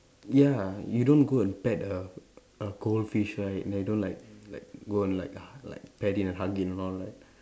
ya you don't go and pat a a goldfish right they don't like like go and like like pat and hug it and all right